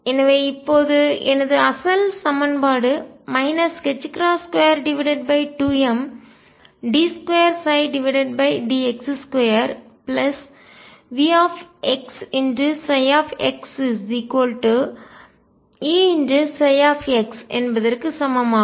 எனவே இப்போது எனது அசல் சமன்பாடு 22md2dx2VxxEψxஎன்பதற்கு சமம் ஆகும்